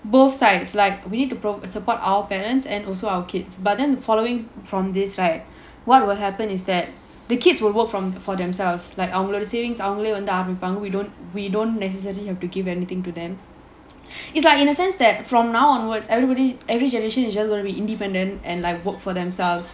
both sides like we need to provide support our parents and also our kids but then following from this right what will happen is that the kids will work from for themselves like அவங்களோட:avangaloda savings அவங்களே வந்து ஆரம்பிப்பாங்க:avangalae vanthu arambipaanga we don't we don't necessarily have to give anything to them it's like in a sense that from now onwards everybody every generation in just going to independent and work for themselves